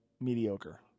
mediocre